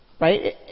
Right